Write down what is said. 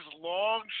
long